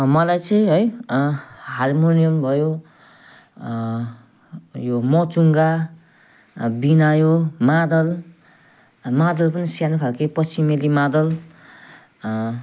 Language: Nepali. मलाई चाहिँ है हार्मोनियम भयो यो मर्चुङ्गा बिनायो मादल मादल पनि सानो खालको पश्चिमेली मादल